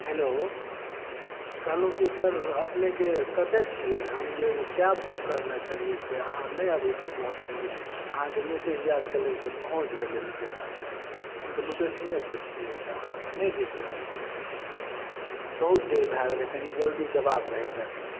hello कहलहुॅं कि sir अपने कतय छियै हम जे कैब बुक करने छेलियै से अहाँ नहि अभी तक पहुँचलियै अहाँके मैसेज एल छलय जे पहुँच गेलियै लोकेशन पर हम तऽ लोकेशने पर छियै तऽ अहाँके नहि देख रहल छियै बहुत देर भए गेल कनि जल्दी जेबाक रहै तऽ कनि